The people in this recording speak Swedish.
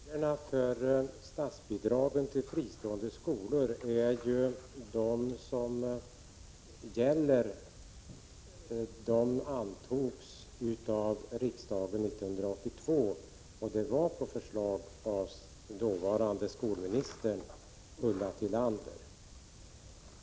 Fru talman! De regler som gäller för statsbidrag till fristående skolor antogs av riksdagen 1982, och det var på förslag av dåvarande skolministern Ulla Tillander.